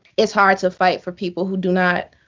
it's hard to fight for people who do not